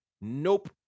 nope